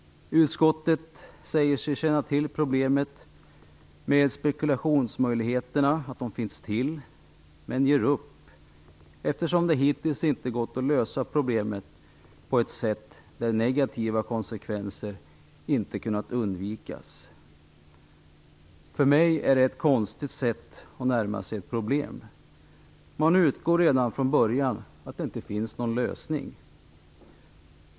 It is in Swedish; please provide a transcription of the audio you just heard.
Utskottet säger sig känna till problemet med spekulationsmöjligheterna och att de finns till, men ger upp eftersom det hittills inte gått att lösa problemet så att negativa konsekvenser inte har kunnat undvikas. För mig är det ett konstigt sätt att närma sig ett problem. Man utgår redan från början från att det inte finns någon lösning.